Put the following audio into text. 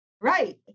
Right